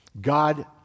God